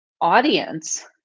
audience